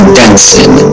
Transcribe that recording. dancing